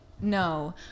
no